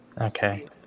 okay